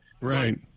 Right